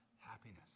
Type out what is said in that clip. happiness